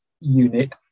unit